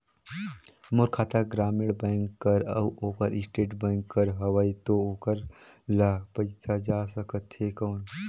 मोर खाता ग्रामीण बैंक कर अउ ओकर स्टेट बैंक कर हावेय तो ओकर ला पइसा जा सकत हे कौन?